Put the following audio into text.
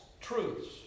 truths